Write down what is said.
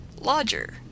Lodger